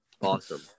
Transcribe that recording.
Awesome